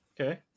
Okay